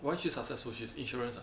why she successful she's insurance ah